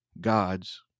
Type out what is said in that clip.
God's